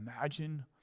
imagine